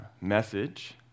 message